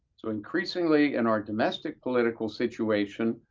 so increasingly in our domestic political situation,